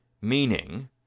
Meaning